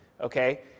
okay